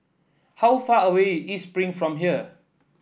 how far away East Spring from here